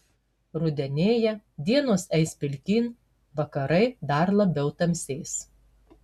rudenėja dienos eis pilkyn vakarai dar labiau tamsės